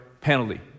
penalty